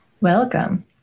welcome